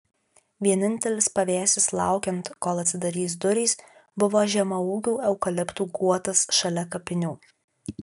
vienintelis pavėsis laukiant kol atsidarys durys buvo žemaūgių eukaliptų guotas šalia kapinių